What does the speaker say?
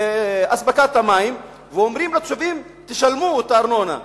אספקת המים, ואומרים לתושבים: תשלמו את הארנונה.